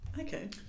Okay